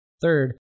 Third